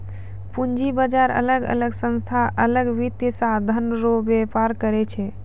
पूंजी बाजार अलग अलग संस्था अलग वित्तीय साधन रो व्यापार करै छै